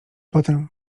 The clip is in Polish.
potem